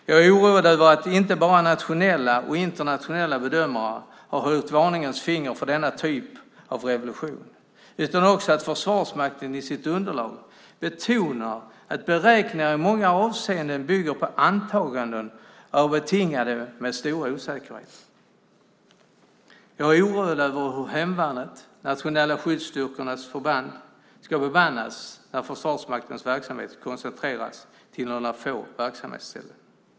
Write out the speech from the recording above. Jag är oroad över att det är inte bara nationella och internationella bedömare som har höjt varningens finger för denna typ av revolution, utan att också Försvarsmakten i sitt underlag betonar att beräkningarna i många avseenden bygger på antaganden och är betingade av stor osäkerhet. Jag är oroad över hur hemvärnet, nationella skyddsstyrkornas förband, ska förvandlas när Försvarsmaktens verksamhet koncentreras till några få verksamhetsställen.